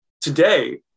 Today